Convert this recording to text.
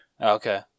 Okay